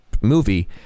movie